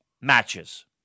matches